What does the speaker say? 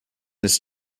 his